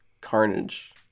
carnage